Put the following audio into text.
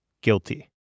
Guilty